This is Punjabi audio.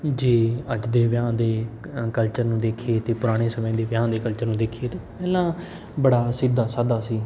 ਜੇ ਅੱਜ ਦੇ ਵਿਆਹ ਦੇ ਕ ਕਲਚਰ ਨੂੰ ਦੇਖੀਏ ਅਤੇ ਪੁਰਾਣੇ ਸਮੇਂ ਦੇ ਵਿਆਹਾਂ ਦੇ ਕਲਚਰ ਨੂੰ ਦੇਖੀਏ ਤਾਂ ਪਹਿਲਾਂ ਬੜਾ ਸਿੱਧਾ ਸਾਧਾ ਸੀ